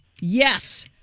Yes